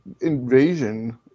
invasion